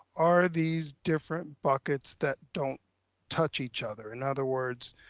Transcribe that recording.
are these different buckets that don't touch each other? in other words,